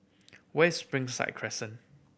where's Springside Crescent